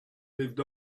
lived